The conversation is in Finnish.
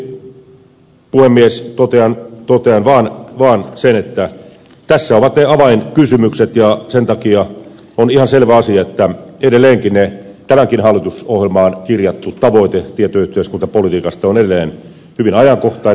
lopuksi puhemies totean vaan sen että tässä ovat ne avainkysymykset ja sen takia on ihan selvä asia että edelleenkin tämänkin hallituksen ohjelmaan kirjattu tavoite tietoyhteiskuntapolitiikasta on edelleen hyvin ajankohtainen